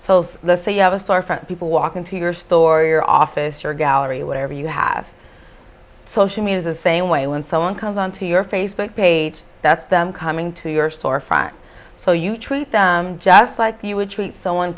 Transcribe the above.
so let's say you have a storefront people walk into your store your office or gallery whatever you have social means the same way when someone comes onto your facebook page that's them coming to your storefront so you treat them just like you would treat someone